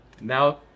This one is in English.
now